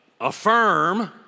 affirm